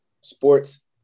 sports